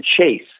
chase